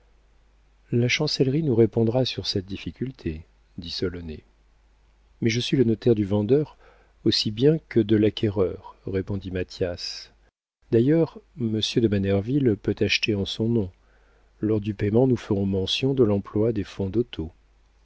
la chancellerie nous répondra sur cette difficulté dit solonet mais je suis le notaire du vendeur aussi bien que de l'acquéreur répondit mathias d'ailleurs monsieur de manerville peut acheter en son nom lors du paiement nous ferons mention de l'emploi des fonds dotaux